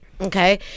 Okay